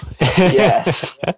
Yes